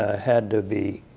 ah had to be